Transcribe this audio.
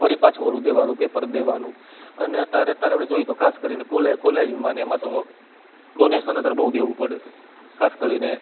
વરી પાછું ઓલું દેવાનું પેપર દેવાનું અને અત્યારે અત્યારે આપણે જોઈએ તો ખાસ કરીને કોલેજમાં ને એમાં તો ડોનેશન અત્યારે બહુ દેવું પડે છે ખાસ કરીને